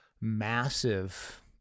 massive